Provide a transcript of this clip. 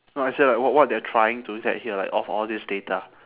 no as in like what what they are trying to get here like of all this data